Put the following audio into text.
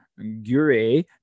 gure